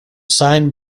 signed